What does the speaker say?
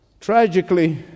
Tragically